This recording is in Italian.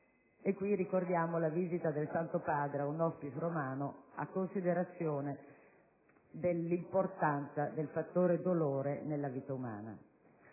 Ricordiamo la visita del Santo Padre ad un *hospice* romano a considerazione dell'importanza del fattore dolore nella vita umana.